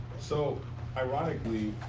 so ironically, we